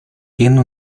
tiene